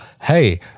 hey